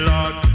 Lord